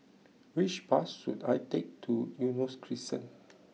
which bus should I take to Eunos Crescent